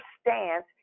stance